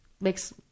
makes